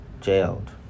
jailed